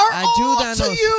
ayúdanos